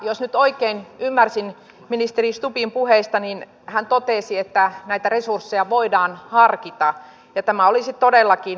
jos nyt oikein ymmärsin ministeri stubbin puheista niin hän totesi että näitä resursseja voidaan harkita ja tämä olisi todellakin tärkeää